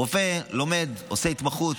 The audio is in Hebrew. רופא לומד, עושה התמחות,